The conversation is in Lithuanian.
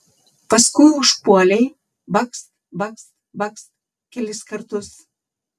paskui užpuolei bakst bakst bakst kelis kartus